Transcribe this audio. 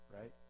right